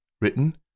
Written